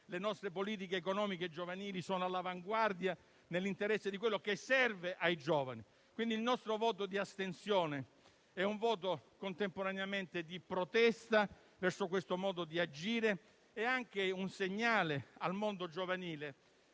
le nostre politiche economiche giovanili sono all'avanguardia, nell'interesse di quanto serve ai giovani. Quindi, la nostra astensione è un voto contemporaneamente di protesta verso questo modo di agire e anche un segnale al mondo giovanile,